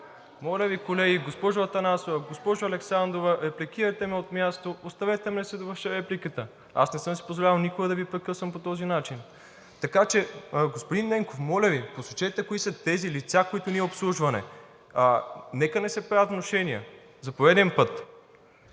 Моля Ви, колеги! Госпожо Атанасова, госпожо Александрова, репликирате ме от място. Оставете ме да си довърша репликата. Аз никога не съм си позволявал да Ви прекъсвам по този начин. Така че, господин Ненков, моля Ви, посочете кои са тези лица, които ние обслужваме. Нека не се правят внушения за пореден път.